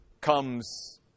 comes